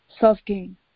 self-gain